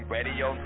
Radio